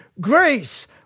grace